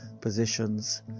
positions